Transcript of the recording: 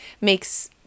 makes